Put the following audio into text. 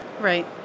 Right